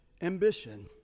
ambition